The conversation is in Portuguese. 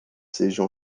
sejam